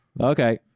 Okay